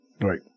Right